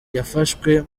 yafashwe